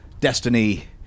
Destiny